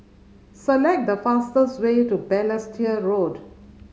select the fastest way to Balestier Road